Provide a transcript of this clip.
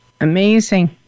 Amazing